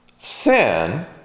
Sin